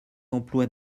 emplois